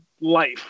life